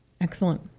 excellent